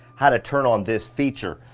how to turn on this feature.